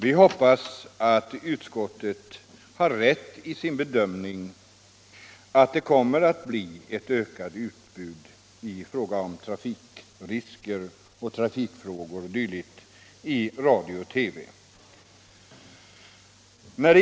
Vi hoppas att utskottet har rätt i sin bedömning, nämligen att det kommer att bli ett utökat utbud i vad gäller trafikfrågor, trafikrisker m.m. i radio och TV.